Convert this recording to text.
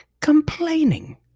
complaining